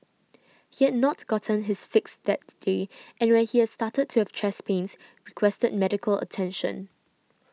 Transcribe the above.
he had not gotten his fix that day and when he started to have chest pains requested medical attention